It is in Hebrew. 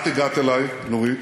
את הגעת אלי, נורית,